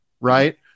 right